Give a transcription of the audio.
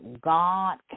God